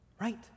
right